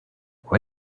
why